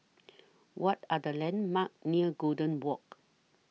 What Are The landmarks near Golden Walk